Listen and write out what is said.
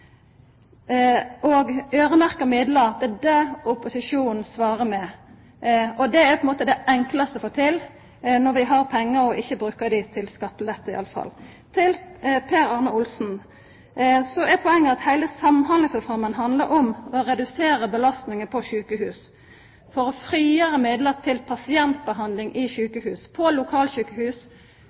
midlar er dét opposisjonen svarar med, og det er på ein måte det enklaste å få til når vi har pengar og ikkje brukar dei til skattelette, i alle fall. Til Per Arne Olsen: Poenget er at heile Samhandlingsreforma handlar om å redusera belastninga på sjukehus for å frigjera midlar til pasientbehandling i sjukehus – på lokalsjukehus